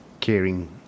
Caring